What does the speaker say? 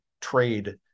trade